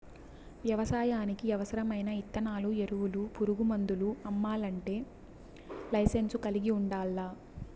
వ్యవసాయానికి అవసరమైన ఇత్తనాలు, ఎరువులు, పురుగు మందులు అమ్మల్లంటే లైసెన్సును కలిగి ఉండల్లా